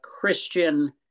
Christian